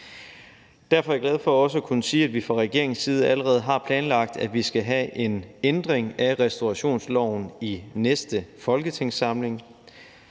Derfor er jeg også glad for at kunne sige, at vi fra regeringens side allerede har planlagt, at vi skal have en ændring af restaurationsloven i næste folketingssamling,